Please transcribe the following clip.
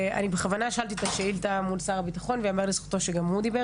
בכוונה שאלתי את השאילתה מול שר הביטחון ויאמר לזכותו שגם הוא דיבר